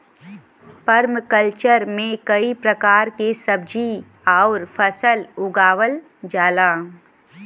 permaculture में कई प्रकार के सब्जी आउर फसल उगावल जाला